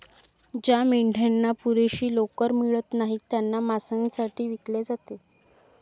ज्या मेंढ्यांना पुरेशी लोकर मिळत नाही त्यांना मांसासाठी विकले जाते